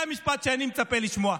זה המשפט שאני מצפה לשמוע.